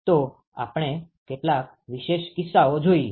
તો આપણે કેટલાક વિશેષ કિસ્સાઓ જોઈએ